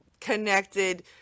connected